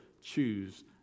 choose